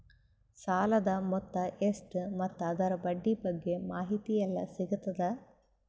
ಸಾಲದ ಮೊತ್ತ ಎಷ್ಟ ಮತ್ತು ಅದರ ಬಡ್ಡಿ ಬಗ್ಗೆ ಮಾಹಿತಿ ಎಲ್ಲ ಸಿಗತದ?